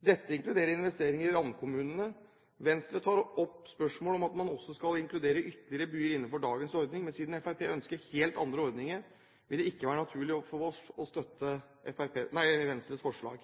Dette inkluderer investeringer i randkommunene. Venstre tar opp spørsmålet om man skal inkludere ytterligere byer innenfor dagens ordning, men siden Fremskrittspartiet ønsker helt andre ordninger, vil det ikke være naturlig for oss å støtte Venstres forslag.